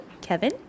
Kevin